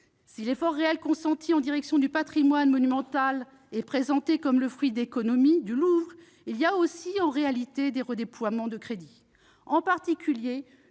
Si l'effort réel consenti en direction du patrimoine monumental est présenté comme le fruit d'économies sur le musée du Louvre, il y a aussi, en réalité, des redéploiements de crédits. En particulier,